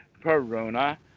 Peruna